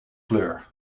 kleur